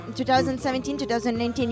2017-2019